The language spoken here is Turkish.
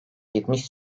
yetmiş